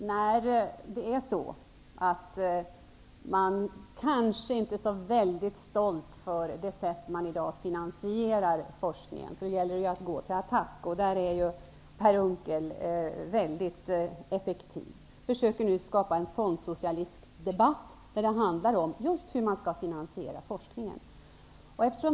Herr talman! När man nu kanske inte är så stolt över det sätt man finansierar forskningen på, gäller det att gå till attack. Där är Per Unckel väldigt effektiv. Han försöker nu skapa en fondsocialistisk debatt, när det handlar om hur vi skall finansiera forskningen.